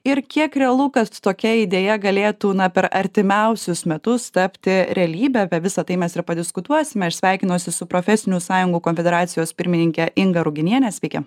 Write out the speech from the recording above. ir kiek realu kad tokia idėja galėtų na per artimiausius metus tapti realybe apie visa tai mes ir padiskutuosime aš sveikinuosi su profesinių sąjungų konfederacijos pirmininke inga ruginiene sveiki